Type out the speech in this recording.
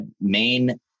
main